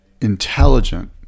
intelligent